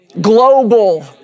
global